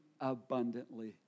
abundantly